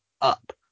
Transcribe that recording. up